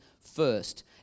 first